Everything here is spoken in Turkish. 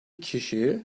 kişi